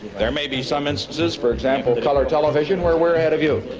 there may be some instances, for example, color television where we're ahead of you.